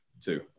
Two